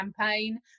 campaign